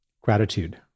gratitude